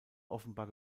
offenbar